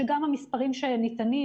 כשגם המספרים שניתנים,